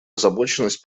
озабоченность